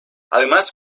además